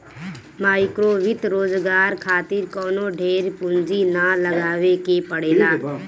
माइक्रोवित्त रोजगार खातिर कवनो ढेर पूंजी ना लगावे के पड़ेला